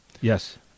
Yes